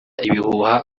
ibihuha